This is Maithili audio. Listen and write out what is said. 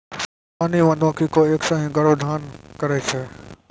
रानी मधुमक्खी कोय एक सें ही गर्भाधान करै छै